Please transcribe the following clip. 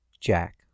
Jack